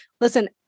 listen